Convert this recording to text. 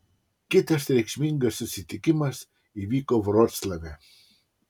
kitas reikšmingas susitikimas įvyko vroclave